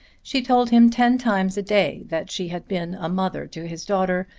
she told him ten times a day that she had been a mother to his daughter,